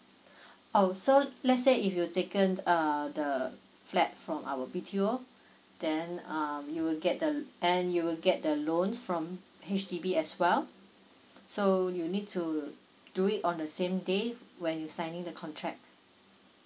oh so let's say if you taken err the flat from our B_T_O then um you will get and you will get the loans from H_D_B as well so you need to do it on the same day when you signing the contract